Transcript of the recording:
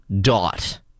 dot